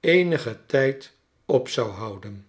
eenigen tijd op zou houden